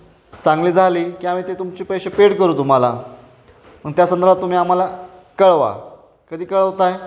चांगली झाली की आम्ही ते तुमचे पैसे पेड करू तुम्हाला पण त्या संदर्भात तुम्ही आम्हाला कळवा कधी कळवत आहे